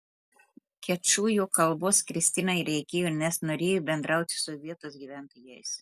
kečujų kalbos kristinai reikėjo nes norėjo bendrauti su vietos gyventojais